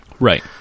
Right